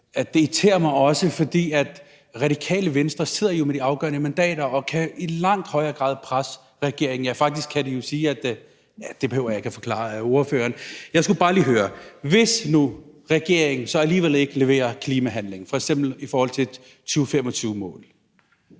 at det også irriterer mig, for Radikale Venstre sidder jo med de afgørende mandater og kan i langt højere grad presse regeringen. Faktisk kan de jo sige ... ja, det behøver jeg ikke at forklare ordføreren. Jeg skulle bare lige høre: Hvis nu regeringen så alligevel ikke leverer klimahandling, f.eks. i forhold til et 2025-mål,